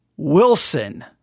Wilson